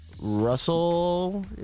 Russell